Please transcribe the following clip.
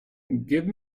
give